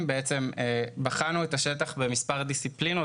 בחנו את השטח במספר דיסציפלינות,